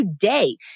today